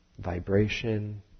Vibration